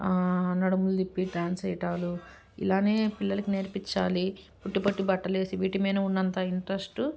అ నడుములు తిప్పి డ్యాన్స్ చెయటాలు ఇలానే పిల్లలికి నేర్పించాలి పొట్టి పొట్టి బట్టలేసి వీటిమీద ఉన్నంత ఇంట్రెస్ట్